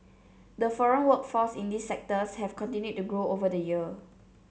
the foreign workforce in these sectors have continued to grow over the year